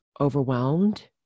overwhelmed